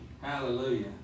Hallelujah